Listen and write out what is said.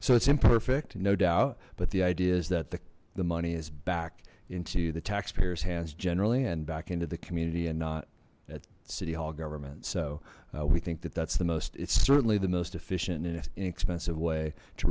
so it's imperfect no doubt but the idea is that the money is back into the taxpayers hands generally and back into the community and not at city hall government so we think that that's the most it's certainly the most efficient inexpensive way to